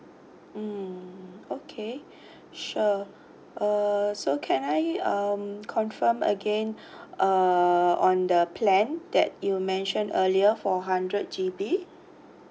mm okay sure uh so can I um confirm again uh on the plan that you mention earlier for hundred G_B